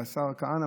והשר כהנא